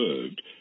served